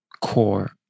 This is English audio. core